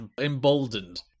emboldened